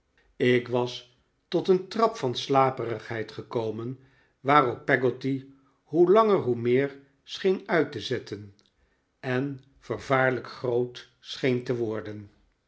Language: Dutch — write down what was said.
ik was tot een trap van slaperigheid gekomen waarop peggotty hoe langer hoe meer scheen uit te zetten en vervaarlijk groot scheen te worden